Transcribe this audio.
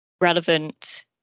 relevant